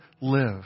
live